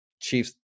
Chiefs